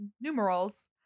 numerals